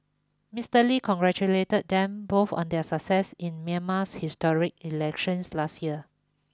Mister Lee congratulated them both on their success in Myanmar's historic elections last year